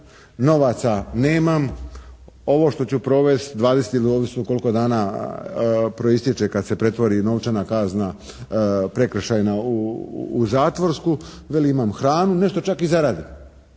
novaca nemam, ovo što ću provesti 20 ili ovisno koliko dana proistječe kad se pretvori i novčana kazna, prekršajna u zatvorsku. Veli, imam hranu, nešto čak i zaradim.